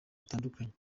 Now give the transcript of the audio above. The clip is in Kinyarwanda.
hatandukanye